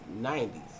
90s